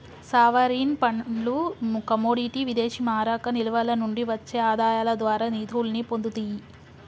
sovereign ఫండ్లు commodity విదేశీమారక నిల్వల నుండి వచ్చే ఆదాయాల ద్వారా నిధుల్ని పొందుతియ్యి